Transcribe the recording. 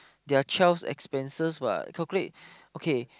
their child's expenses what calculate okay